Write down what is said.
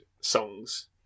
songs